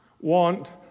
want